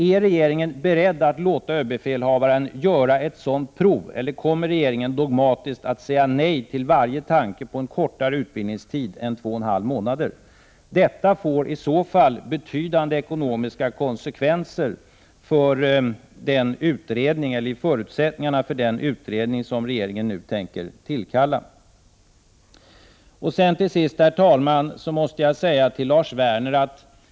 Är regeringen beredd att låta överbefälhavaren göra ett sådant prov, eller kommer regeringen dogmatiskt att säga nej till varje tanke på en kortare utbildningstid? Detta får i så fall betydande ekonomiska konsekven Prot. 1988/89:20 ser i förutsättningarna för den utredning som regeringen nu tänker tillkalla. 9 november 1988 Till sist, herr talman, måste jag säga till Lars Werner att jag inte riktigt.